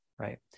right